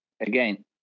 again